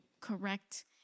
correct